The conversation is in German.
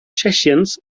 tschechiens